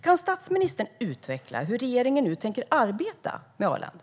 Kan statsministern utveckla hur regeringen nu tänker arbeta med Arlanda?